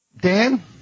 Dan